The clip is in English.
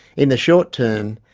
in the short-term,